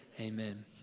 Amen